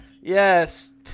Yes